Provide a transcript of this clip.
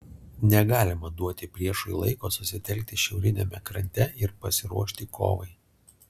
negalima duoti priešui laiko susitelkti šiauriniame krante ir pasiruošti kovai